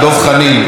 דב חנין,